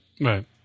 right